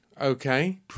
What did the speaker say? Okay